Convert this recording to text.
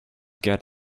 get